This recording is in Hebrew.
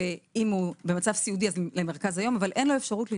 אם הוא במצב סיעודי אז למרכז היום אבל אין לו אפשרות ללמוד.